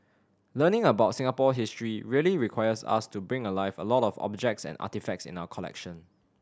learning about Singapore history really requires us to bring alive a lot of the objects and artefacts in our collection